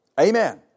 Amen